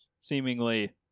seemingly